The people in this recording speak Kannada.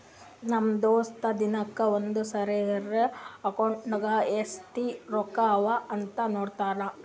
ನಮ್ ದೋಸ್ತ ದಿನಕ್ಕ ಒಂದ್ ಸರಿರೇ ಅಕೌಂಟ್ನಾಗ್ ಎಸ್ಟ್ ರೊಕ್ಕಾ ಅವಾ ಅಂತ್ ನೋಡ್ತಾನ್